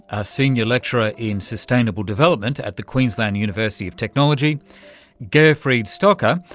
a senior lecturer in sustainable development at the queensland university of technology gerfried stocker,